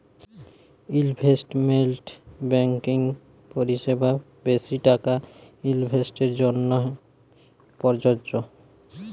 investment banking পরিসেবা বেশি টাকা ইলভেস্টের জ্যনহে পরযজ্য